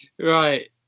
right